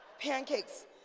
pancakes